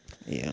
yeah